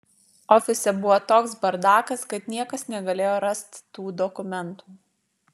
ofise buvo toks bardakas kad niekas negalėjo rast tų dokumentų